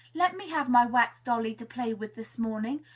let me have my wax dolly to play with this morning!